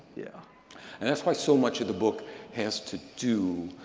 yeah and that's why so much of the book has to do